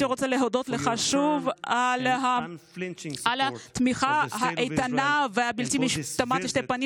אני רוצה להודות לך שוב על התמיכה האיתנה והבלתי-משתמעת לשתי פנים